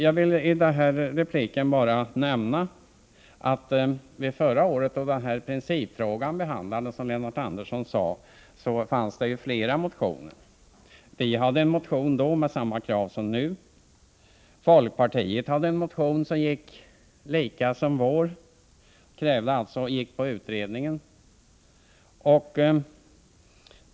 Jag vill i den här repliken bara nämna att det förra året, då den här principfrågan behandlades, som Lennart Andersson sade, förelåg flera motioner. Vi hade då en motion med samma krav som nu. Folkpartiet hade en liknande motion. Vi valde alltså att följa utredningens linje.